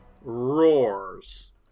roars